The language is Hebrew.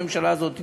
שהממשלה הזאת תתפרק.